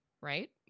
Right